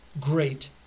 great